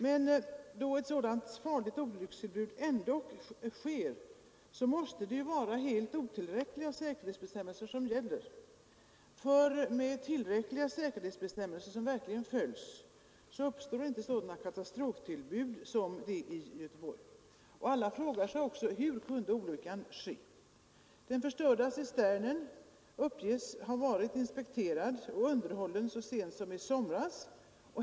Men då ett sådant farligt olyckstillbud ändock sker måste det vara helt otillräckliga säkerhetsbestämmelser som gäller, för med tillräckliga säkerhetsbestämmelser, som verkligen följs, uppstår inte sådana katastroftillbud som det i Göteborg. Alla frågar sig också: Hur kunde olyckan ske? Den förstörda cisternen uppges ha varit inspekterad och underhållen så sent som i somras.